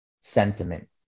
sentiment